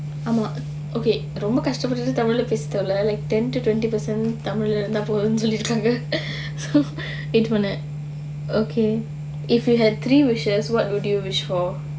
err okay ரொம்ப கஷ்ட்டபட்டு:romba kashtapattu tamil leh பேச தேவ இல்ல:paesa teva illa like ten to twenty per cent tamil leh இருந்தா போதும்னு சொல்லிருக்காங்க:irunthaa pothumnu sollirukkaanga so wait பண்ணு:pannu okay if you had three wishes what would you wish for